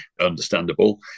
understandable